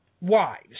wives